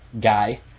guy